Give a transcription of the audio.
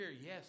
yes